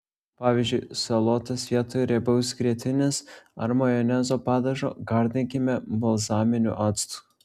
pavyzdžiui salotas vietoj riebaus grietinės ar majonezo padažo gardinkime balzaminiu actu